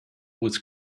was